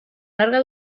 larga